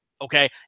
Okay